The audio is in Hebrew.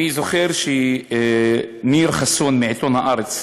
אני זוכר שניר חסון מעיתון "הארץ"